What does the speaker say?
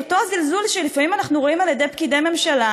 את אותו זלזול שלפעמים אנחנו רואים על ידי פקידי ממשלה,